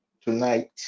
tonight